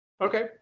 Okay